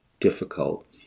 difficult